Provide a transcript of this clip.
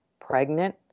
pregnant